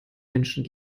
menschen